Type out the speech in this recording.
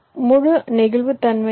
முழு நெகிழ்வுத்தன்மை உள்ளது